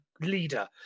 leader